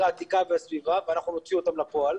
העתיקה והסביבה ואנחנו נוציא אותן לפועל.